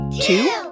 two